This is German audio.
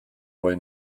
wohl